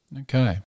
Okay